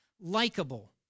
likable